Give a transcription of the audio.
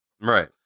Right